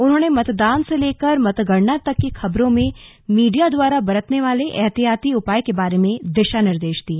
उन्होंने मतदान से लेकर मतगणना तक की खबरों में मीडिया द्वारा बरतने वाले एहतियाती उपाय के बारे में दिशा निर्देश दिए